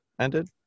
ended